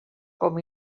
com